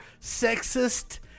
sexist